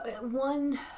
one